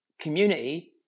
community